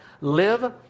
live